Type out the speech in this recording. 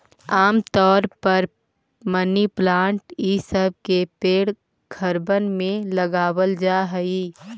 आम तौर पर मनी प्लांट ई सब के पेड़ घरबन में लगाबल जा हई